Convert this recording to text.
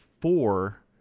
four